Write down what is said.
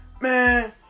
man